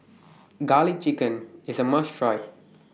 Garlic Chicken IS A must Try